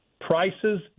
Prices